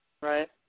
Right